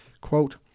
quote